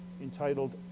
entitled